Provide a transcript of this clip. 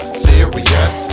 serious